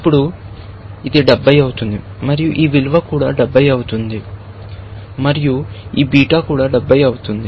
ఇప్పుడు ఇది 70 అవుతుంది మరియు ఈ విలువ కూడా 70 అవుతుంది మరియు ఈ బీటా 70 అవుతుంది